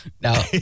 No